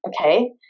okay